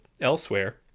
elsewhere